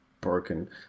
broken